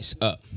Up